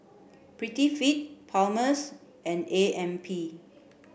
Prettyfit Palmer's and A M P